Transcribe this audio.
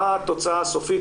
מה התוצאה הסופית.